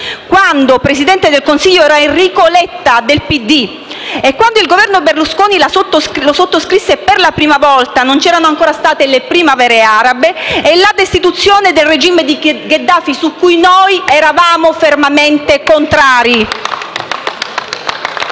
quando Presidente del Consiglio era Enrico Letta del PD. Quando il Governo Berlusconi lo sottoscrisse per la prima volta non c'erano ancora state le primavere arabe e la destituzione del regime di Gheddafi, su cui noi eravamo fermamente contrari. *(Applausi